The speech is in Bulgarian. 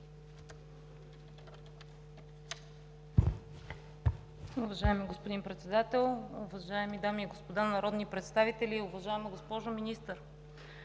Уважаеми господин Председател, уважаеми дами и господа народни представители! Уважаема госпожо Министър,